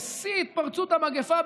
בשיא התפרצות המגפה,